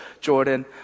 Jordan